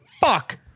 fuck